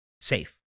safe